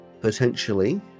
potentially